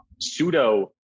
pseudo